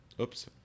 Oops